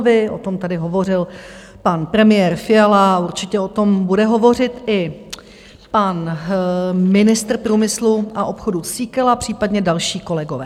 O tom tady hovořil pan premiér Fiala a určitě o tom bude hovořit i pan ministr průmyslu a obchodu Síkela, případně další kolegové.